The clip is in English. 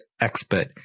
expert